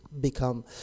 become